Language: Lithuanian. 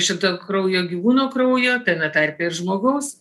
šiltakraujo gyvūno kraujo tame tarpe ir žmogaus